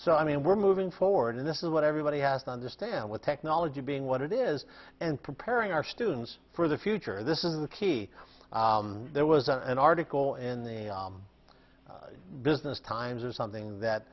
so i mean we're moving forward and this is what everybody has to understand with technology being what it is and preparing our students for the future this is the key there was an article in the business times or something that